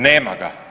Nema ga.